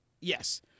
Yes